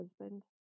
husband